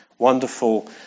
Wonderful